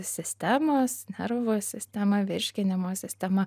sistemos nervų sistema virškinimo sistema